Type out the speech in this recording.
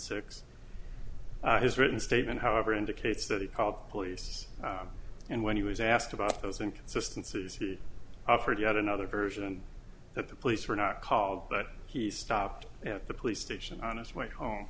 six his written statement however indicates that he called police and when he was asked about those inconsistences he offered yet another version and that the police were not called but he stopped at the police station on his way home